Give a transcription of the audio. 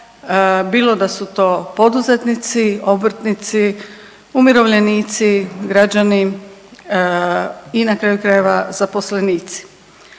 bilo da su to poduzetnici, obrtnici umirovljenici, građani i na kraju krajeva zaposlenici.